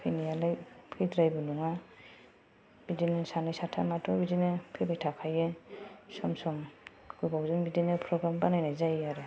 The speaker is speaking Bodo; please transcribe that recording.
फैनायालाय फैद्रायैबो नङा बिदिनो सानै साथामआथ' बिदिनो फैबाय थाखायो सम सम गोबावजों बिदिनो प्रग्राम बानायनाय जायो आरो